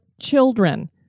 children